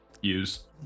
use